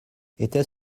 était